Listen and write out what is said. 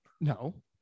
No